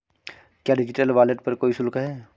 क्या digital wallet पर कोई शुल्क है?